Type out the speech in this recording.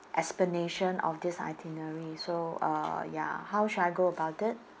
explanation of this itinerary so uh ya how should I go about it